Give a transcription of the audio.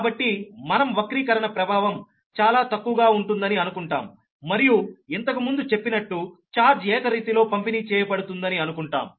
కాబట్టి మనం డిస్టోర్షన్ ప్రభావం చాలా తక్కువగా ఉంటుందని అనుకుంటాం మరియు ఇంతకుముందు చెప్పినట్టు ఛార్జ్ ఏకరీతిలో పంపిణీ చేయబడుతుందని అనుకుంటాం